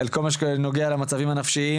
על כל מה שנוגע למצבים הנפשיים.